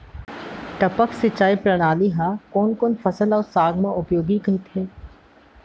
टपक सिंचाई प्रणाली ह कोन कोन फसल अऊ साग म उपयोगी कहिथे?